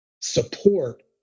support